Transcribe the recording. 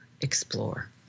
explore